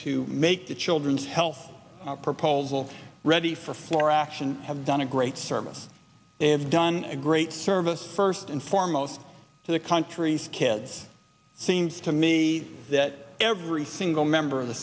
to make the children's health proposal ready for floor action have done a great service and done a great service first and foremost to the country's kids seems to me that every single member of the